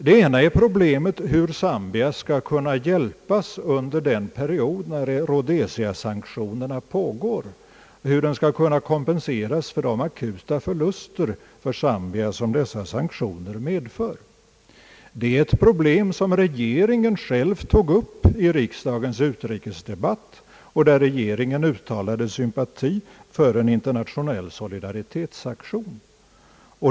Det ena är hur Zambia skall kunna få hjälp under den period när rhodesiasanktionerna pågår och hur Zambia skall kunna kompenseras för de akuta förluster som dessa sanktioner medför. Den frågan tog regeringen själv upp i riksdagens utrikesdebatt och uttalade sympati för en internationell hjälpaktion.